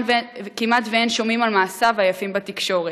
כמעט שאין שומעים על מעשיו היפים בתקשורת.